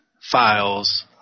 files